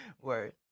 Word